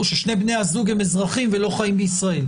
כששני בני הזוג הם אזרחים ולא חיים בישראל.